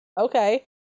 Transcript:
Okay